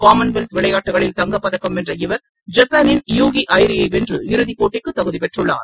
காமன்வெல்த்த விளையாட்டுகளில்தங்கப்பதக்கம் வென்ற இவர் ஜப்பானின் யூகி ஐரி யை வென்று இறுதி போட்டிக்கு தகுதி பெற்றுள்ளார்